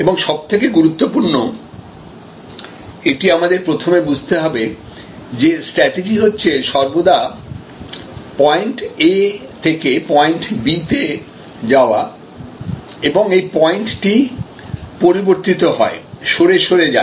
এবং সবথেকে গুরুত্বপূর্ণএটি আমাদের প্রথম বুঝতে হবে যে স্ট্র্যাটেজি হচ্ছে সর্বদা পয়েন্ট A থেকে পয়েন্ট B তে যাওয়া এবং এই পয়েন্টটি পরিবর্তিত হয় সরে সরে যায়